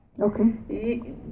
Okay